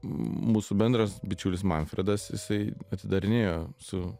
mūsų bendras bičiulis manfredas jisai atidarinėjo su